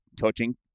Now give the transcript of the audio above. coaching